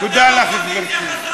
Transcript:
תודה לך, גברתי.